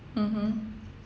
mmhmm